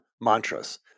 mantras